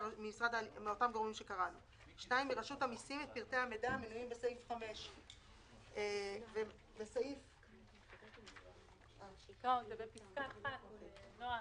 ממשיכה: "(2)מרשות המסים בישראל את פרטי המידע המנויים בסעיף 5". נעה,